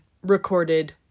recorded